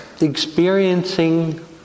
experiencing